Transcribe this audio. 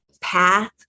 path